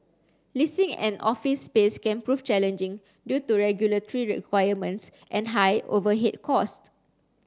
leasing an office space can prove challenging due to regulatory requirements and high overhead cost